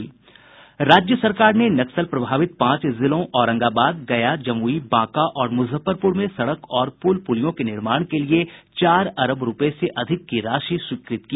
राज्य सरकार ने नक्सल प्रभावित पांच जिलों औरंगाबाद गया जमुई बांका और मुजफ्फरपुर में सड़क और पुल पुलियों के निर्माण के लिए चार अरब रूपये से अधिक की राशि स्वीकृत की